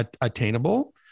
attainable